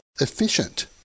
efficient